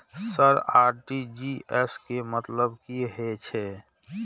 Sir RTGS के मतलब की हे छे?